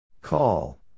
Call